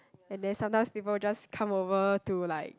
and then sometimes people just come over to like